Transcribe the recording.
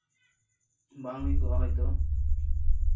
ᱵᱟᱝ ᱦᱩᱭ ᱠᱚᱜᱼᱟ ᱦᱳᱭᱛᱳ